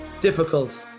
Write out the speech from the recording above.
difficult